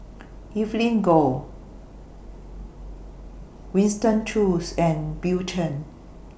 Evelyn Goh Winston Choos and Bill Chen